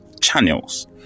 channels